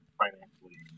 financially